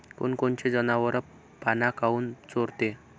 कोनकोनचे जनावरं पाना काऊन चोरते?